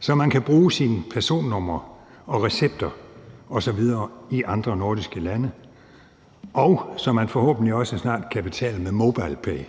så man kan bruge sine personnumre og recepter osv. i andre nordiske lande, og så man forhåbentlig også snart kan betale med MobilePay.